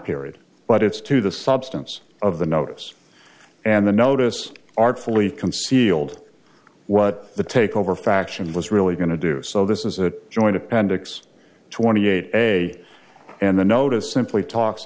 period but it's to the substance of the notice and the notice artfully concealed what the takeover faction was really going to do so this is a joint appendix twenty eight a and the notice simply talks